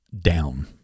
down